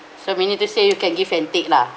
so we need to say you can give and take lah